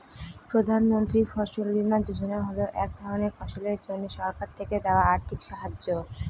প্রধান মন্ত্রী ফসল বীমা যোজনা হল এক ধরনের ফসলের জন্যে সরকার থেকে দেওয়া আর্থিক সাহায্য